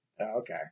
Okay